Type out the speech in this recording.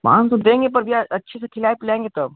पाँच सौ देंगे पर भैया अच्छे से खिलाए पीलाएंगे तब